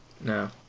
No